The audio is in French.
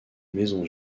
maison